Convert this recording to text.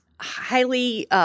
highly